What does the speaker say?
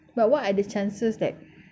but what are the chances that